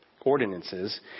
ordinances